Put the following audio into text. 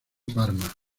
parma